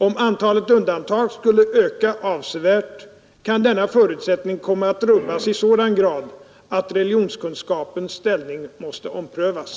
Om antalet undantag skulle öka avsevärt, kan denna förutsättning komma att rubbas i sådan grad att religionskunskapens ställning måste omprövas.